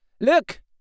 Look